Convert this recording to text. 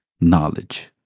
knowledge